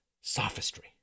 sophistry